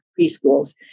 preschools